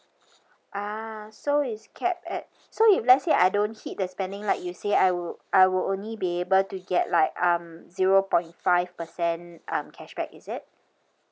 ah so it's capped at so if let's say I don't hit the spending like you say I will I will only be able to get like um zero point five percent um cashback is it